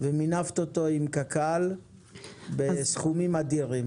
מפרויקט ומנפת אותו עם קק"ל בסכומים אדירים.